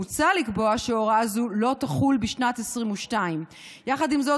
מוצע לקבוע שהוראה זו לא תחול בשנת 2022. יחד עם זאת,